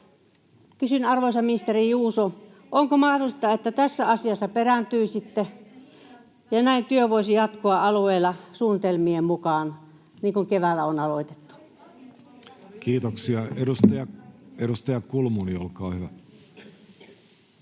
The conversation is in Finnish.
Kysyn, arvoisa ministeri Juuso: onko mahdollista, että tässä asiassa perääntyisitte ja näin työ voisi jatkua alueilla suunnitelmien mukaan niin kuin keväällä on aloitettu? Kiitoksia. — Edustaja Kulmuni, olkaa hyvä.